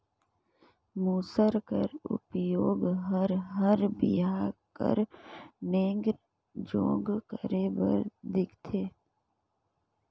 मूसर कर उपियोग हर बर बिहा कर नेग जोग करे बर दिखथे